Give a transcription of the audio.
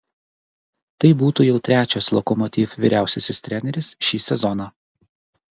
tai būtų jau trečias lokomotiv vyriausiasis treneris šį sezoną